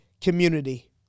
community